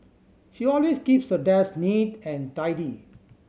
she always keeps her desk neat and tidy